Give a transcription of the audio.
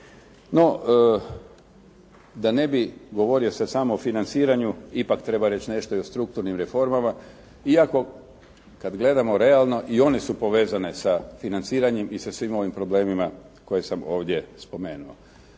No da ne bih govorio sad samo o financiranju, ipak treba reći nešto i o strukturnim reformama, iako kada gledamo realno i one su povezane sa financiranjem i sa svim ovim problemima koje sam ovdje spomenuo.